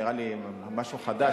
זה נראה לי משהו חדש.